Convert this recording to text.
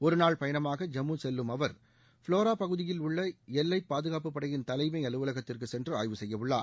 ஒருநாள் பயணமாக ஜம்மு செல்லும் அவர் ஃபிளோரா பகுதியில் உள்ள எல்லை பாதுகாப்பு படையின் தலைமை அலுவலகத்திற்குச் சென்று ஆய்வு செய்யவுள்ளார்